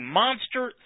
monster